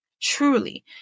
truly